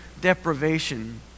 deprivation